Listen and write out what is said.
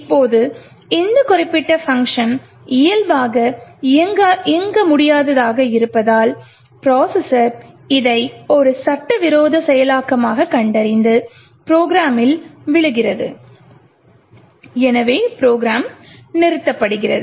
இப்போது இந்த குறிப்பிட்ட பங்க்ஷன் இயல்பாக இயங்க முடியாததாக இருப்பதால் ப்ரோசஸர் இதை ஒரு சட்டவிரோத செயலாக்கமாகக் கண்டறிந்து ப்ரோக்ராமில் விழுகிறது எனவே ப்ரோக்ராம் நிறுத்தப்படும்